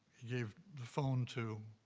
gave the phone to